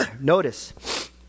Notice